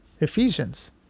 Ephesians